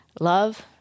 Love